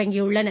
தொடங்கியுள்ளனர்